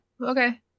okay